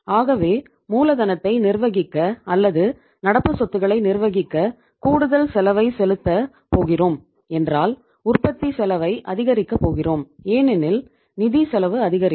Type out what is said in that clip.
ஆகவே மூலதனத்தை நிர்வகிக்க அல்லது நடப்புச்சொத்துக்களை நிர்வகிக்க கூடுதல் செலவை செலுத்தப் போகிறோம் என்றால் உற்பத்திச் செலவை அதிகரிக்கப் போகிறோம் ஏனெனில் நிதிச் செலவு அதிகரிக்கும்